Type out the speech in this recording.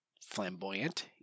flamboyant